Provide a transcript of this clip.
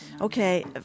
Okay